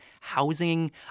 housing